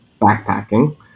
backpacking